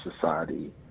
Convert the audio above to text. society